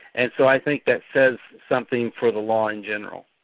and so i think that says something for the law in general.